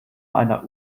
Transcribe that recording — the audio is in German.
einer